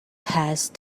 past